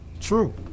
true